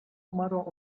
umarła